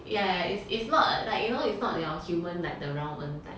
ya ya it's it's not like you know it's not your human like the round urn type